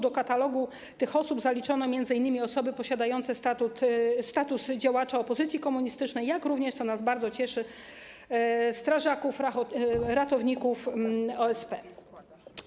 Do katalogu tych osób zaliczono m.in. osoby posiadające status działacza opozycji komunistycznej, jak również, co nas bardzo cieszy, strażaków i ratowników OSP.